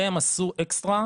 זה הם עשו אקסטרה.